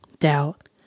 Doubt